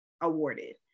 awarded